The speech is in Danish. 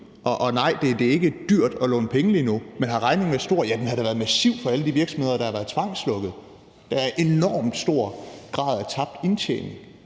og nej, det er ikke dyrt at låne penge lige nu. Men har regningen været stor? Ja, den har da været massiv for alle de virksomheder, der har været tvangslukket. Der er en enormt stor grad af tabt indtjening.